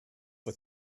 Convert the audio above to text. for